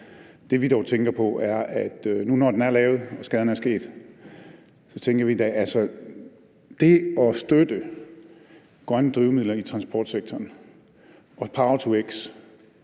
Det, vi dog tænker på, er – nu, når den er lavet og skaden er sket – om der så ikke er en idé i det at støtte grønne drivmidler i transportsektoren og power-to-x,